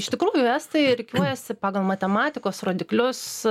iš tikrųjų estai rikiuojasi pagal matematikos rodiklius